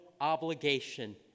obligation